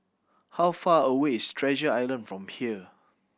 how far away is Treasure Island from here